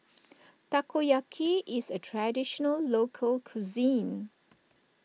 Takoyaki is a Traditional Local Cuisine